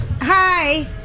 Hi